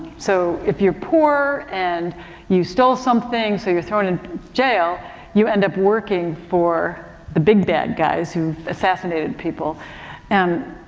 so if you're poor and you stole something, so you're thrown in jail you end up working for the big bad guys who assassinated people and,